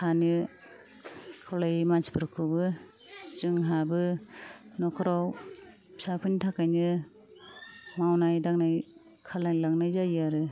थानो खावलायो मानसिफोरखौबो जोंहाबो न'खराव फिसाफोरनि थाखायनो मावनाय दांनाय खालायलांनाय जायो आरो